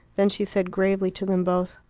then she said gravely to them both,